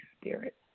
Spirit